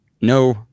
no